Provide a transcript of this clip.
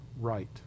right